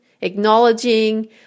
acknowledging